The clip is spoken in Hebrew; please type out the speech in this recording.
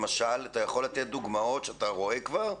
אתה יכול לתת דוגמאות שאתה כבר רואה?